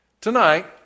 Tonight